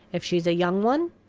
if she's a young one,